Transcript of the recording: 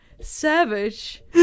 savage